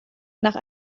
nach